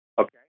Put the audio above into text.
okay